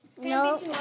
No